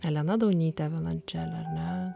elena daunytė violončele ar ne